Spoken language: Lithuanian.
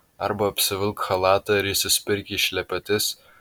arba apsivilk chalatą ir įsispirk į šlepetes